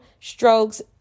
strokes